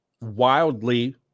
wildly